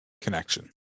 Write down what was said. connection